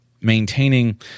maintaining